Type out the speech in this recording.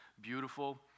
beautiful